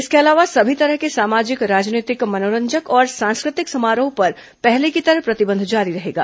इसके अलावा सभी तरह के सामाजिक राजनीतिक मनोरंजक और सांस्कृतिक समारोह पर पहले की तरह प्रतिबंध जारी रहेगा